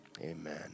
amen